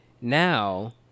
now